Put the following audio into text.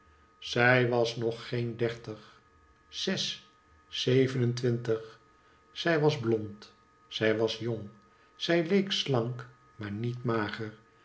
zij was nog geen dertig zes zeven-en-twintig zij was blond zij was jong zij leek slank maar niet mager